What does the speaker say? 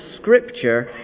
scripture